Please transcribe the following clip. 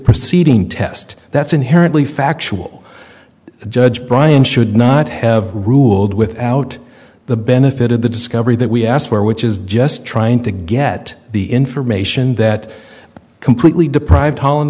proceeding test that's inherently factual the judge brian should not have ruled without the benefit of the discovery that we asked where which is just trying to get the information that completely deprived holland